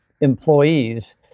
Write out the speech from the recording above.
employees